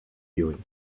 viewing